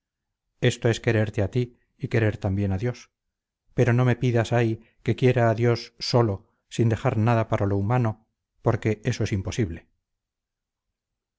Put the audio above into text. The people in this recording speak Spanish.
esto es quererte a ti y querer también a dios pero no me pidas ay que quiera a dios sólo sin dejar nada para lo humano porque eso es imposible